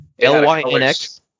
L-Y-N-X